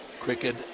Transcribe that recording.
Cricket